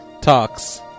talks